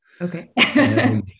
Okay